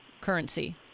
currency